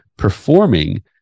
performing